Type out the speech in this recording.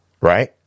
Right